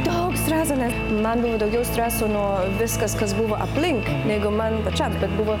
daug streso nes man buvo daugiau streso nuo viskas kas buvo aplink negu man pačiam buvo